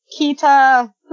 Kita